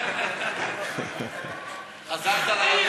חזרת לימים